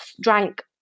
drank